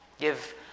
Give